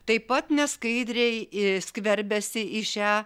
taip pat neskaidriai ir skverbiasi į šią